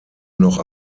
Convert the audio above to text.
noch